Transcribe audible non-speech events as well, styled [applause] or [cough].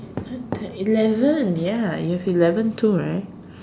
[noise] eleven ya you have eleven too right